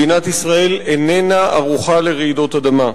מדינת ישראל איננה ערוכה לרעידות אדמה.